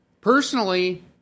Personally